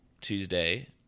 Tuesday